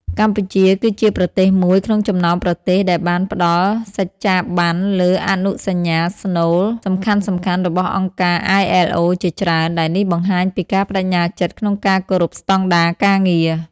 កម្ពុជាគឺជាប្រទេសមួយក្នុងចំណោមប្រទេសដែលបានផ្តល់សច្ចាប័នលើអនុសញ្ញាស្នូលសំខាន់ៗរបស់អង្គការ ILO ជាច្រើន ដែលនេះបង្ហាញពីការប្តេជ្ញាចិត្តក្នុងការគោរពស្តង់ដារការងារ។